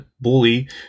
Bully